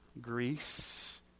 Greece